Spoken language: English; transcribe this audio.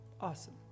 awesome